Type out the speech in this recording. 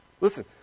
Listen